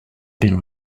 been